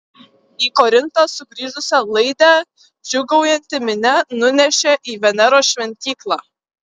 į korintą sugrįžusią laidę džiūgaujanti minia nunešė į veneros šventyklą